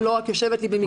ולא רק יושבת לי במגדל השן.